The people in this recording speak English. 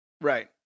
Right